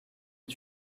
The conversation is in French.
est